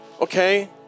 Okay